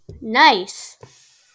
Nice